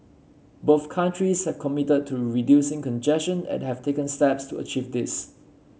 both countries have committed to reducing congestion and have taken steps to achieve this